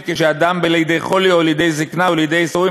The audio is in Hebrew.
כשאדם בא לידי חולי או לידי זיקנה או לידי ייסורין